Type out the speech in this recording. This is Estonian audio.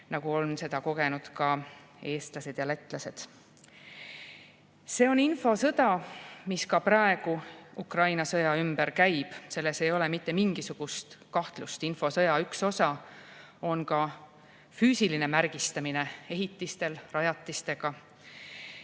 nagu on seda kogenud ka eestlased ja lätlased. See on infosõda, mis ka praegu Ukraina sõja ümber käib, selles ei ole mitte mingisugust kahtlust. Infosõja üks osa on ka füüsiline märgistamine ehitistel, rajatistega